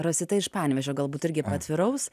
rosita iš panevėžio galbūt irgi paatviraus